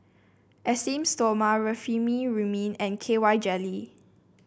Esteem Stoma Remifemin and K Y Jelly